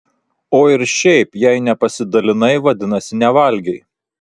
o ir šiaip jei nepasidalinai vadinasi nevalgei